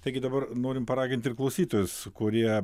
taigi dabar norim paraginti ir klausytojus kurie